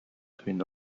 twin